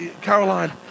Caroline